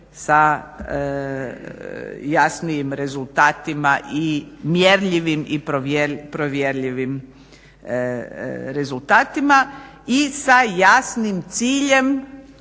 sa jasnijim rezultatima i mjerljivim i provjerljivim rezultata i sa jasnim ciljem